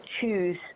choose